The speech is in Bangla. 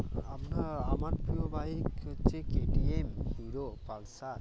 আপনার আমার প্রিয় বাইক হচ্ছে কেটিএম হিরো পালসার